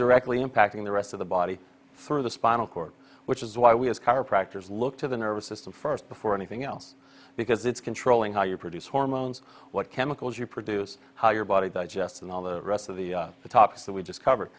directly impacting the rest of the body through the spinal cord which is why we as chiropractors look to the nervous system first before anything else because it's controlling how you produce hormones what chemicals you produce how your body digests and all the rest of the topics that we discover